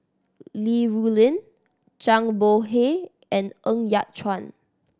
Li Rulin Zhang Bohe and Ng Yat Chuan